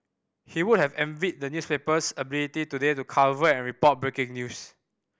he would have envied the newspaper's ability today to cover and report breaking news